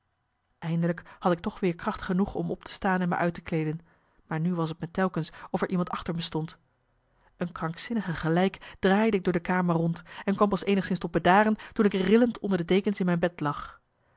eindelijk had ik toch weer kracht genoeg om op te staan en me uit te kleeden maar nu was t me telkens of er iemand achter me stond een krankzinnige gelijk draaide ik door de kamer rond en kwam pas eenigszins tot bedaren toen ik rillend onder de dekens in mijn bed lag